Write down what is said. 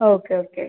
okay okay